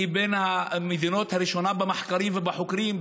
היא מהמדינות הראשונות במחקרים ובחוקרים,